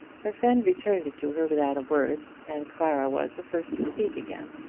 her friend returned it to her without a word, and clara was the first to speak again.